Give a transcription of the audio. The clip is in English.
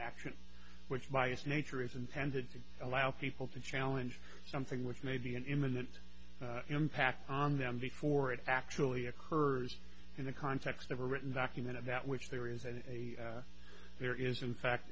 action which by its nature is intended to allow people to challenge something which may be an imminent impact on them before it actually occurs in the context of a written document of that which there isn't a there is in fact